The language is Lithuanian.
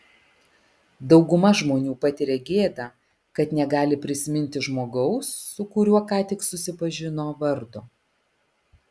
dauguma žmonių patiria gėdą kad negali prisiminti žmogaus su kuriuo ką tik susipažino vardo